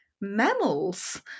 mammals